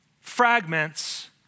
fragments